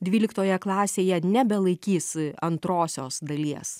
dvyliktoje klasėje nebelaikys antrosios dalies